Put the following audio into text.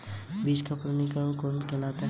बीज का प्रमाणीकरण कौन करता है?